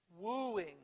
Wooing